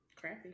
crappy